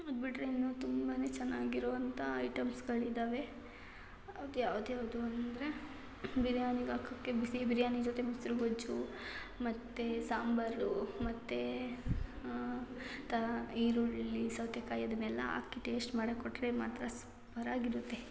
ಅದು ಬಿಟ್ಟರೆ ಇನ್ನು ತುಂಬಾ ಚೆನ್ನಾಗಿರುವಂಥ ಐಟಮ್ಸ್ಗಳಿದವೆ ಅದು ಯಾವ್ದು ಯಾವುದು ಅಂದರೆ ಬಿರ್ಯಾನಿಗೆ ಹಾಕೋಕೆ ಬಿಸಿ ಬಿರ್ಯಾನಿ ಜೊತೆ ಮೊಸ್ರು ಗೊಜ್ಜು ಮತ್ತು ಸಾಂಬಾರು ಮತ್ತು ತ ಈರುಳ್ಳಿ ಸೌತೇಕಾಯಿ ಅದನ್ನೆಲ್ಲ ಹಾಕಿ ಟೇಶ್ಟ್ ಮಾಡಕ್ಕೆ ಕೊಟ್ಟರೆ ಸುಪ್ಪರಾಗಿರುತ್ತೆ